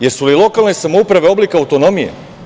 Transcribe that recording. Jesu li lokalne samouprave oblik autonomije?